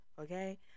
Okay